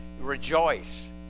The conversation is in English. rejoice